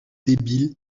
débile